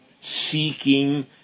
Seeking